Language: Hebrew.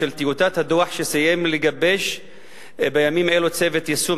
של טיוטת הדוח שסיים לגבש בימים אלו צוות יישום,